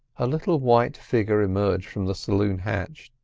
a little white figure emerged from the saloon hatch.